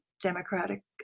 Democratic